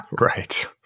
Right